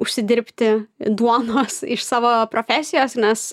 užsidirbti duonos iš savo profesijos nes